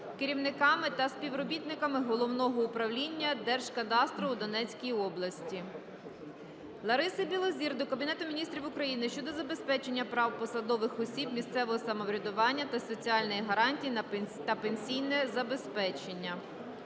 керівниками, та співробітниками Головного управління Держгеокадастру у Донецькій області. Лариси Білозір до Кабінету Міністрів України щодо забезпечення прав посадових осіб місцевого самоврядування на соціальні гарантії та пенсійне забезпечення.